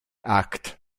akt